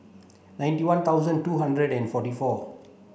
ninety one thousand two hundred and forty four